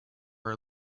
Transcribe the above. are